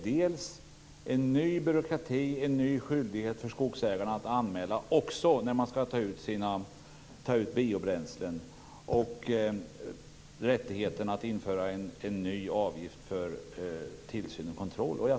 Det är fråga om en ny byråkrati, en ny skyldighet för skogsägarna att göra en anmälan även vid uttag för biobränslen och rättigheten att införa en ny avgift för tillsyn och kontroll.